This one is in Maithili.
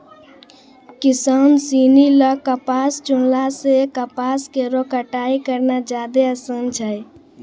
किसान सिनी ल कपास चुनला सें कपास केरो कटाई करना जादे आसान छै